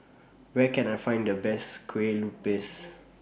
Where Can I Find The Best Kueh Lupis